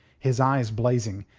his eyes blazing,